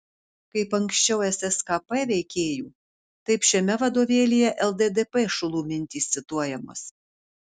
kaip anksčiau sskp veikėjų taip šiame vadovėlyje lddp šulų mintys cituojamos